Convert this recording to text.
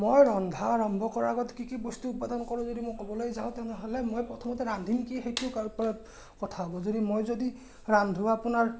মই ৰন্ধা আৰম্ভ কৰাৰ আগত কি কি বস্তু উৎপাদন কৰোঁ যদি মই ক'বলৈ যাওঁ তেনেহ'লে মই প্ৰথমতে ৰান্ধিম কি সেইটো তাৰ ওপৰত কথা হ'ব যদি মই যদি ৰান্ধো আপোনাৰ